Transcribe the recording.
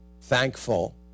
thankful